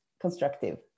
constructive